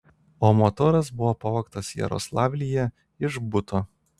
o motoras buvo pavogtas jaroslavlyje iš buto